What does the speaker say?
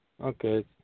Okay